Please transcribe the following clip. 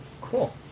Cool